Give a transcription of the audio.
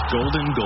Golden